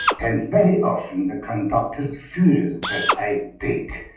and very often the conductor fears that i take,